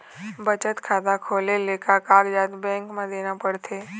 बचत खाता खोले ले का कागजात बैंक म देना पड़थे?